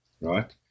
right